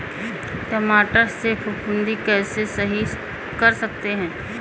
टमाटर से फफूंदी कैसे सही कर सकते हैं?